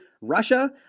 Russia